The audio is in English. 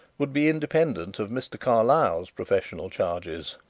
would be independent of mr. carlyle's professional charges,